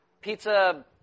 pizza